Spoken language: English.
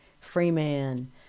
freeman